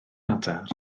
adar